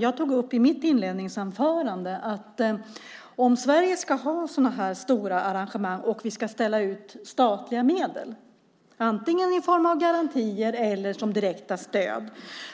Jag tog i mitt inledningsanförande upp att om Sverige ska ha sådana här stora arrangemang och vi ska ställa ut statliga medel, antingen i form av garantier eller som direkta stöd,